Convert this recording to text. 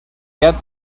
get